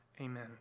Amen